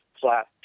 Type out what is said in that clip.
flat